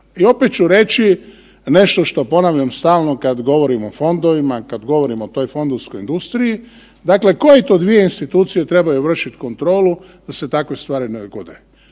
I opet ću reći nešto što ponavljam stalno kad govorim o fondovima, kad govorim o toj fondovskoj industriji. Dakle, koje to dvije institucije trebaju vršit kontrolu da se takve stvari ne odgode.